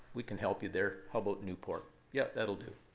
we can help you there. how about newport? yeah, that'll do.